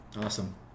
Awesome